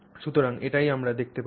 সুতরাং এটিই আমরা দেখতে পাব